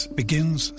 begins